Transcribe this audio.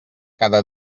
cada